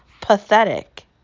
Pathetic